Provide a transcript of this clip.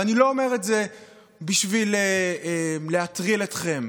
ואני לא אומר את זה בשביל להטריל אתכם,